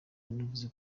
yanavuze